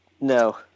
No